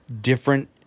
different